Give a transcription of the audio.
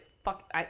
Fuck